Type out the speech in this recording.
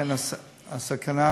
לכן הסכנה,